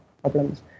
problems